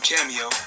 Cameo